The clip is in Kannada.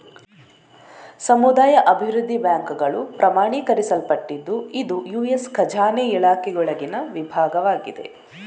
ಸಮುದಾಯ ಅಭಿವೃದ್ಧಿ ಬ್ಯಾಂಕುಗಳು ಪ್ರಮಾಣೀಕರಿಸಲ್ಪಟ್ಟಿದ್ದು ಇದು ಯು.ಎಸ್ ಖಜಾನೆ ಇಲಾಖೆಯೊಳಗಿನ ವಿಭಾಗವಾಗಿದೆ